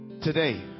Today